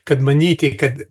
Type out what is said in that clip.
kad manyti kad